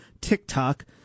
tiktok